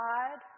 God